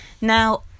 Now